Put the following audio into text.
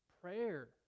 Prayer